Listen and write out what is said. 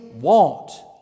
want